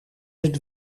het